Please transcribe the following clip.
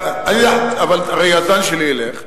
אבל הרי הזמן שלי ילך.